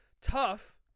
tough